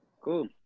Cool